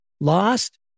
lost